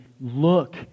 look